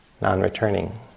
non-returning